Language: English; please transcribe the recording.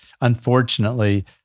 unfortunately-